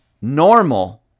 normal